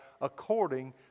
according